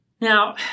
Now